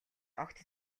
огт